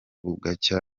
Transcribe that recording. bugacya